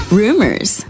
rumors